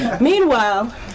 Meanwhile